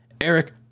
Eric